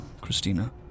Christina